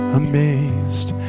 amazed